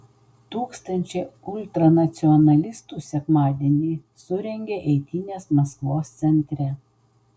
tūkstančiai ultranacionalistų sekmadienį surengė eitynes maskvos centre